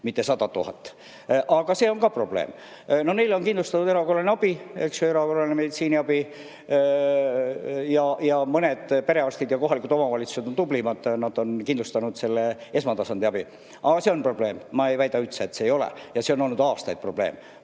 mitte 100 000. Aga see on probleem. Neile on kindlustatud erakorraline meditsiiniabi. Mõned perearstid ja kohalikud omavalitsused on tublimad, nad on kindlustanud esmatasandi abi. Aga see on probleem, ma ei väida üldse, et seda ei ole, ja see on olnud aastaid probleem.